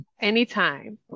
Anytime